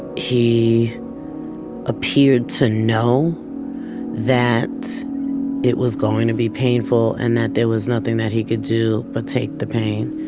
he appeared to know that it was going to be painful and that there was nothing that he could do but take the pain.